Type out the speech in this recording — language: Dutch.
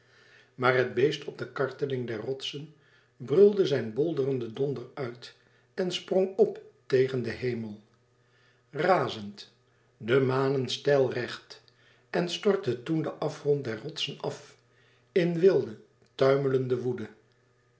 maar het beest op de karteling der rotsen brulde zijn bolderenden donder uit en sprong op tegen den hemel razend de manen steilrecht en stortte toen den afgrond der rotsen af in wilde tuimelende